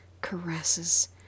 caresses